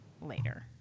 later